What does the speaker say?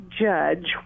Judge